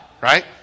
right